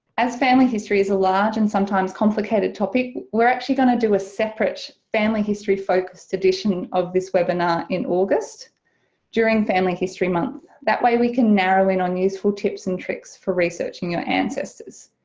as family history is a large and sometimes complicated topic we're actually going to do a separate family history focused edition of this webinar in august during family history month. that way we can narrow in on useful tips and tricks for researching your ancestors.